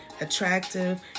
attractive